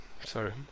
Sorry